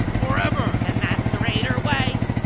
forever! and that's the raider way!